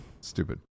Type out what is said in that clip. stupid